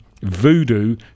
voodoo